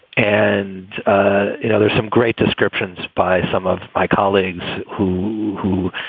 and you know, there's some great descriptions by some of my colleagues who who